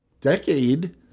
decade